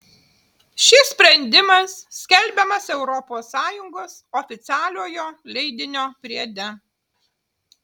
šis sprendimas skelbiamas europos sąjungos oficialiojo leidinio priede